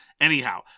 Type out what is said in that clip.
Anyhow